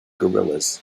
guerrillas